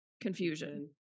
confusion